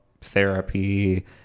therapy